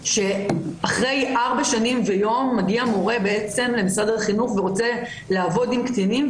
שאחרי ארבע שנים ויום מגיע מורה למשרד החינוך ורוצה לעבוד עם קטינים,